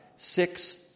six